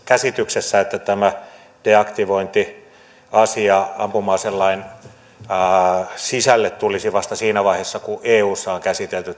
käsityksessä että tämä deaktivointiasia ampuma aselain sisälle tulisi vasta siinä vaiheessa kun eussa on käsitelty